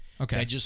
Okay